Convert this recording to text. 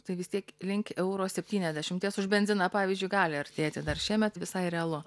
tai vis tiek link euro septyniasdešimties už benziną pavyzdžiui gali artėti dar šiemet visai realu